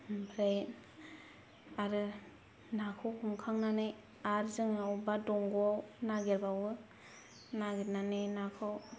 ओमफ्राय आरो नाखौ हमखांनानै आरो जों अबावबा दंग'आव नागेरबावो नागेरनानै नाखौ